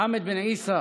חמד בן עיסא